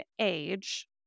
age